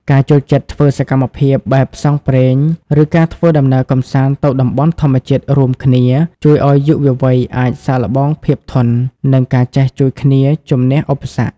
ការចូលចិត្តធ្វើសកម្មភាពបែបផ្សងព្រេង ឬការធ្វើដំណើរកម្សាន្តទៅតំបន់ធម្មជាតិរួមគ្នា ជួយឱ្យយុវវ័យអាចសាកល្បងភាពធន់ និងការចេះជួយគ្នាជម្នះឧបសគ្គ។